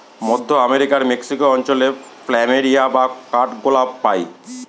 মধ্য আমেরিকার মেক্সিকো অঞ্চলে প্ল্যামেরিয়া বা কাঠগোলাপ পাই